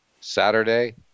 Saturday